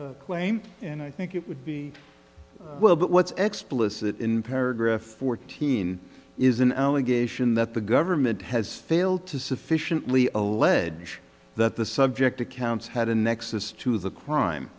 implicit claim and i think it would be well but what's expletive in paragraph fourteen is an allegation that the government has failed to sufficiently allege that the subject accounts had a nexus to the crime